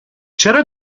چرا